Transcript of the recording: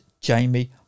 Jamie